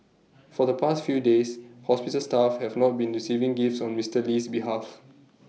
for the past few days hospital staff have not been receiving gifts on Mister Lee's behalf